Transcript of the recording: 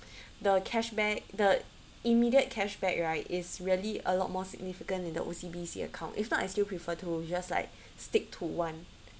the cashback the immediate cashback right is really a lot more significant in the O_C_B_C account if not I still prefer to just like stick to one